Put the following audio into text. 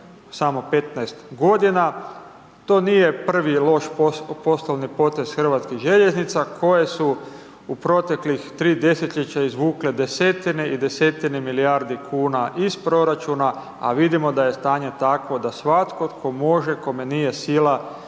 samo 15 g., to nije prvi loš poslovi potez Hrvatskih željeznica koje su u proteklih 3 desetljeća izvukle desetine i desetine milijardi kuna iz proračuna a vidimo da je stanje takvo da svatko tko može, kome nije sila